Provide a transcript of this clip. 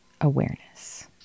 awareness